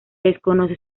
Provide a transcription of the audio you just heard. desconoce